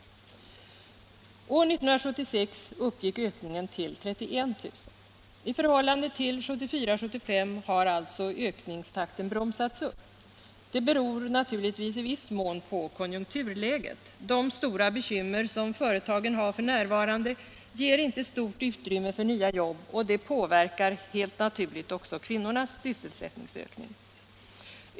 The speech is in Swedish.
År 1976 uppgick ökningen till 31 000. I förhållande till 1974-1975 har alltså ökningstakten bromsats upp. Det beror naturligtvis i viss mån på konjunkturläget. De stora bekymmer som företagen har f.n. ger inte stort utrymme för nya jobb, och det påverkar helt naturligt också kvinnornas sysselsättningsökning.